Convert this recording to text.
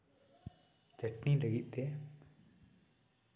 ᱪᱟᱹᱴᱱᱤ ᱞᱟᱹᱜᱤᱫ ᱛᱮ